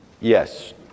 yes